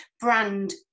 brand